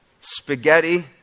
spaghetti